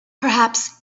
perhaps